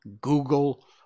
Google